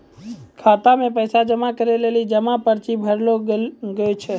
खाता मे पैसा जमा करै लेली जमा पर्ची भरैल लागै छै